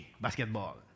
basketball